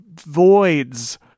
voids